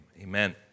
amen